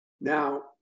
Now